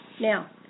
now